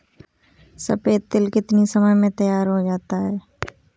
सफेद तिल कितनी समय में तैयार होता जाता है?